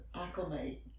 acclimate